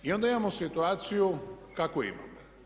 I onda imamo situaciju kakvu imamo.